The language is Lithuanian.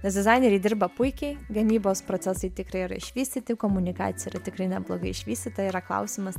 nes dizaineriai dirba puikiai gamybos procesai tikrai yra išvystyti komunikacija yra tikrai neblogai išvystyta yra klausimas